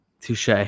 touche